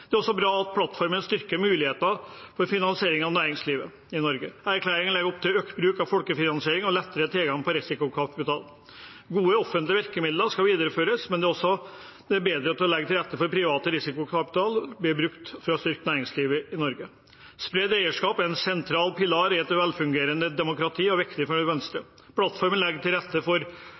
Det er også bra at plattformen styrker muligheter for finansiering av næringslivet i Norge. Erklæringen legger opp til økt bruk av folkefinansiering og lettere tilgang på risikokapital. Gode offentlige virkemidler skal videreføres, men det legges også bedre til rette for at privat risikokapital blir brukt til å styrke næringslivet i Norge. Spredt eierskap er en sentral pilar i et velfungerende demokrati og viktig for Venstre. Plattformen legger til rette for